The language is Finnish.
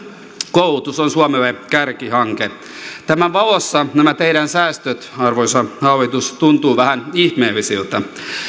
koulutus on suomelle kärkihanke tämän valossa nämä teidän säästönne arvoisa hallitus tuntuvat vähän ihmeellisiltä